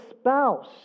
spouse